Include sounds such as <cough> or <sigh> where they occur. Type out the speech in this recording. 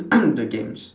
<noise> the games